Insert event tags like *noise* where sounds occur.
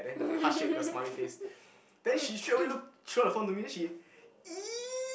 *laughs* *coughs*